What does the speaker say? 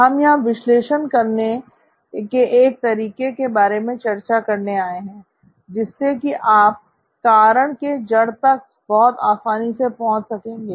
हम यहां विश्लेषण करने के एक तरीके के बारे में चर्चा करने आए हैं जिससे कि आप कारण के जड़ तक बहुत आसानी से पहुंच सकेंगे